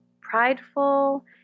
prideful